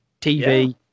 tv